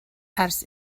ers